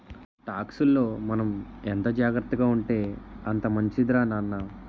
టాక్సుల్లో మనం ఎంత జాగ్రత్తగా ఉంటే అంత మంచిదిరా నాన్న